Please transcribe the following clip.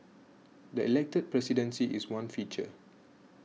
the elected presidency is one feature